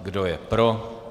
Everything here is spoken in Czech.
Kdo je pro?